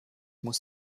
muss